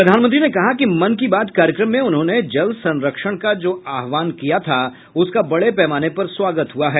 प्रधानमंत्री ने कहा कि मन की बात कार्यक्रम में उन्होंने जल संरक्षण का जो आहवान किया था उसका बडे पैमाने पर स्वागत हुआ है